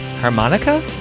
Harmonica